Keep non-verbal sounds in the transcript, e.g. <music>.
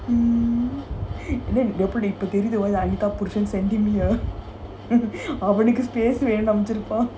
<laughs> then anita புருஷன்:purushan send him here <laughs> வேணும்னு:venumnu